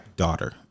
daughter